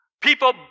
People